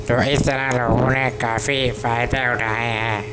تو اس طرح لوگوں نے کافی فائدہ اٹھائے ہیں